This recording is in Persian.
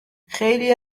خیلی